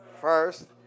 first